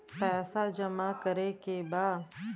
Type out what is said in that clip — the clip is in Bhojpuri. पैसा जमा करे के बा?